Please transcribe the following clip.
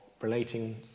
relating